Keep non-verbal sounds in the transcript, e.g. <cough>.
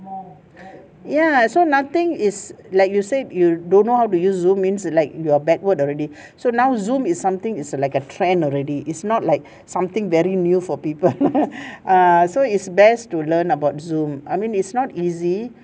ya so nothing is like you said you don't know how to use zoom means like you're backward already so now zoom is something is like a trend already is not like something very new for people <laughs> ah so it's best to learn about zoom I mean it's not easy